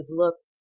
look